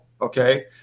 Okay